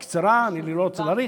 היא קצרה, אני לא רוצה להאריך.